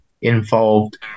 involved